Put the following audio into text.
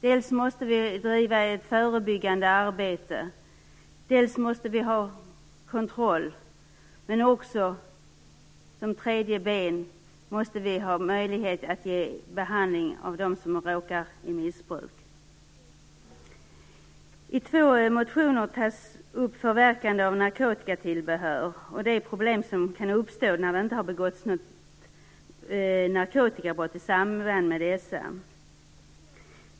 Dels måste vi driva ett förebyggande arbete, dels måste vi ha kontroll och som tredje ben måste vi ha möjlighet att ge behandling av dem som råkar i missbruk. I två motioner tas förverkande av narkotikatillbehör upp och de problem som kan uppstå när det inte har begåtts något narkotikabrott i samband med dessa.